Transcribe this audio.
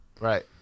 Right